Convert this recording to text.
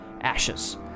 ashes